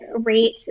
rate